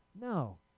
No